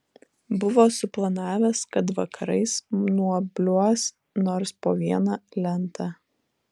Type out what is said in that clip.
buvo suplanavęs kad vakarais nuobliuos nors po vieną lentą